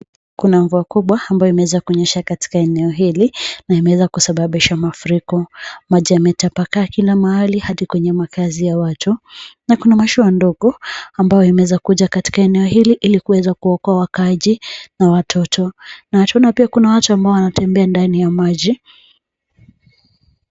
Kuna mvua kubwa ambayo imeweza kunyesha katika eneo hili na imeweza kusababisha mafuriko, maji yametapakaa kila mahali hadi kwenye makazi ya watu. Na kuna mashua ndogo ambayo imeweza kuja katika eneo hili ili kuweza kuwaokoa wakaaji na watoto. Na tunaona pia kuna watu ambao wanatembea ndani ya maji.